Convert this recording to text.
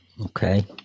Okay